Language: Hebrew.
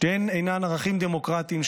שניהם אינם ערכים דמוקרטיים,